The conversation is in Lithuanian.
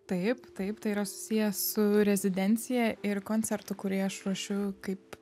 taip taip tai yra susiję su rezidencija ir koncertu kurį aš ruošiu kaip